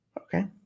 Okay